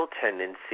tendency